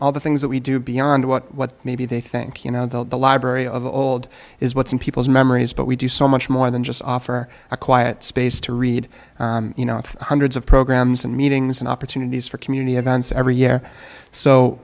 all the things that we do beyond what maybe they think you know the library of old is what's in people's memories but we do so much more than just offer a quiet space to read you know hundreds of programs and meetings and opportunities for community events every year so